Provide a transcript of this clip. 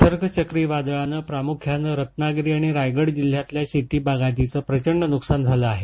निसर्ग चक्रीवादळानं प्रामुख्याने रत्नागिरी आणि रायगड जिल्ह्यातल्या शेती बागायतीचं प्रचंड नुकसान झालं आहे